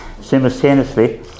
simultaneously